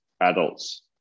adults